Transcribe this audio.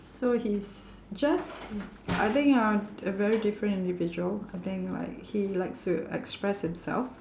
so he's just I think ah a very different individual I think like he likes to express himself